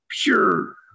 pure